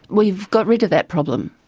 we've got rid of that problem.